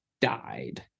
died